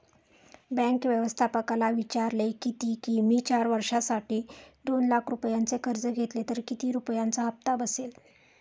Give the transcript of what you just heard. bank व्यवस्थापकाला विचारले किती की, मी चार वर्षांसाठी दोन लाख रुपयांचे कर्ज घेतले तर किती रुपयांचा हप्ता बसेल